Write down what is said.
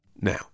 Now